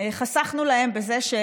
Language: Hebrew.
חסכנו להם בזה,